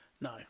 No